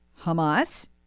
Hamas